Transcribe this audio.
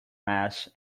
mass